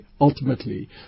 ultimately